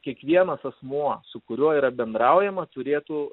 kiekvienas asmuo su kuriuo yra bendraujama turėtų